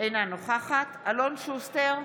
אינה נוכחת אלון שוסטר,